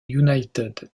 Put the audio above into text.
united